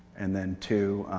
and then two,